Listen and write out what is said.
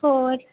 ਹੋਰ